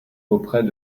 auprès